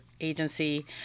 agency